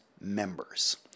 members